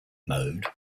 mode